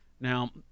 now